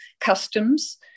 customs